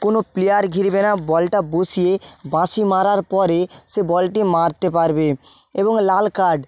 কোনো প্লেয়ার ঘিরবে না বলটা বসিয়ে বাঁশি মারার পরে সে বলটি মারতে পারবে এবং লাল কার্ড